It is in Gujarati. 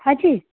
હા જી